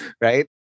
Right